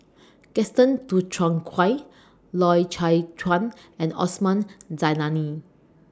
Gaston Dutronquoy Loy Chye Chuan and Osman Zailani